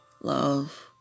love